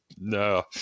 no